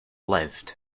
lived